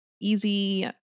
easy